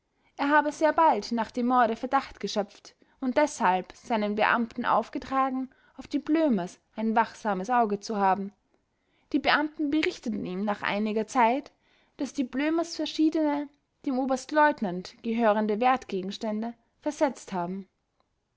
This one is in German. er habe sehr bald nach dem morde verdacht geschöpft und deshalb seinen beamten aufgetragen auf die blömers ein wachsames auge zu haben die beamten berichteten ihm nach einiger zeit daß die blömers verschiedene dem oberstleutnant nant gehörende wertgegenstände versetzt haben